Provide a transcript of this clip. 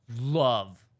love